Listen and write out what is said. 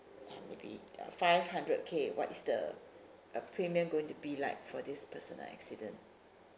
like maybe uh five hundred K what is the uh premium going to be like for this personal accident